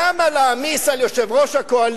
למה להעמיס על יושב-ראש הקואליציה,